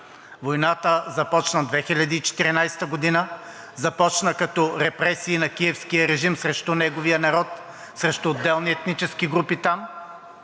Война започна 2014 г., започна като репресии на Киевския режим срещу неговия народ, срещу отделни етнически групи там